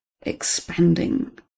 expanding